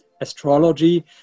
astrology